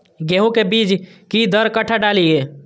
गेंहू के बीज कि दर कट्ठा डालिए?